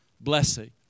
blessing